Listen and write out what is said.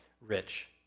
rich